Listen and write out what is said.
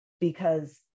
Because-